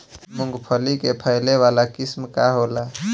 मूँगफली के फैले वाला किस्म का होला?